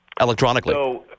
electronically